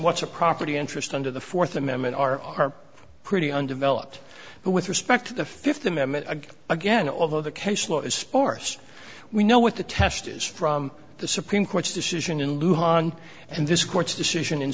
what's a property interest under the fourth amendment are pretty undeveloped but with respect to the fifth amendment again although the case law is sparse we know what the test is from the supreme court's decision in lieu hahn and this court's decision in